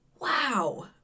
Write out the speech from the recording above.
Wow